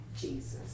Jesus